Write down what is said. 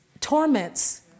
torments